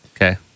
Okay